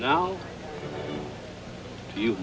no you